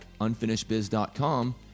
unfinishedbiz.com